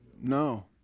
No